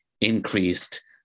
increased